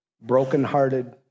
brokenhearted